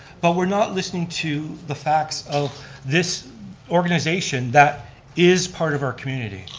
but we're not listening to the facts of this organization that is part of our community.